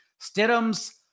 Stidham's